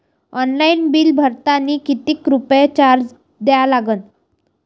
Online bill भरतानी कितीक रुपये चार्ज द्या लागन?